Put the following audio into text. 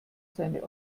seine